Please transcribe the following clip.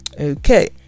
okay